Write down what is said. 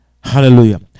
Hallelujah